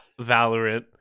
Valorant